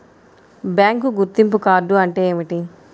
Bank గుర్తింపు card అంటే ఏమిటి?